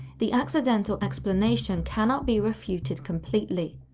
the accidental explanation cannot be refuted completely.